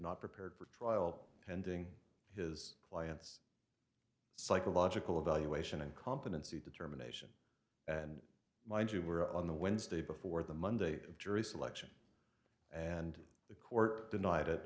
not prepared for trial pending his client's psychological evaluation and competency determination and mind you were on the wednesday before the monday of jury selection and the court denied it